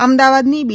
અમદાવાદની બી